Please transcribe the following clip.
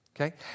okay